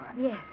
Yes